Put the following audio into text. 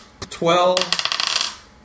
twelve